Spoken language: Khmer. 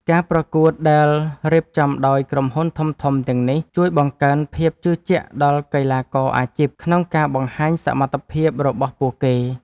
ការប្រកួតដែលរៀបចំដោយក្រុមហ៊ុនធំៗទាំងនេះ ជួយបង្កើនភាពជឿជាក់ដល់កីឡាករអាជីពក្នុងការបង្ហាញសមត្ថភាពរបស់ពួកគេ។